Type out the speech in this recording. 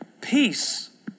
Peace